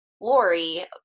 Lori